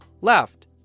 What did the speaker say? left